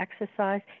exercise